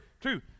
Two